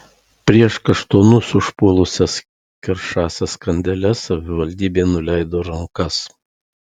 prieš kaštonus užpuolusias keršąsias kandeles savivaldybė nuleido rankas